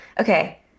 okay